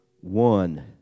one